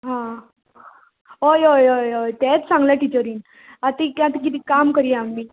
हा हय हय हय हय तेंच सांगलां टिचरीन आ तें के आत् किदें काम करया आमी